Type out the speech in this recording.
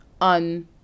on